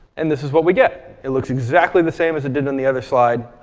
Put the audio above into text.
and this is what we get. it looks exactly the same as it did in and the other slide.